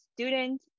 student